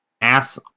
ass